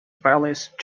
violinist